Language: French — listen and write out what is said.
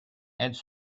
elles